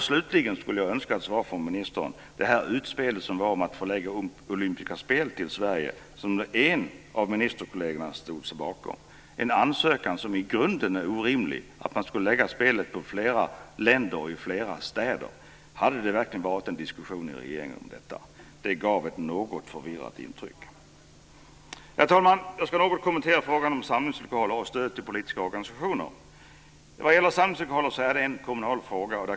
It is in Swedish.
Sedan önskar jag ett svar från ministern när det gäller det här utspelet om att få olympiska spel till Sverige, som en av ministerkollegerna stod bakom. Det är en ansökan som i grunden är orimlig, att man skulle förlägga spelet i flera länder och i flera städer. Har det verkligen varit en diskussion i regeringen om detta? Det gav ett något förvirrat intryck. Herr talman! Jag ska något kommentera frågan om samlingslokaler och stöd till politiska organisationer. Frågan om samlingslokaler är en kommunal fråga.